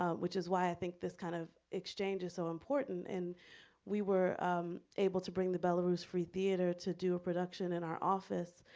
ah which is why i think this kind of exchange is so important. and we were able to bring the belarus free theatre to do a production in our office,